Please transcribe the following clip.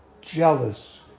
Jealous